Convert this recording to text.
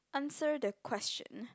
answer the question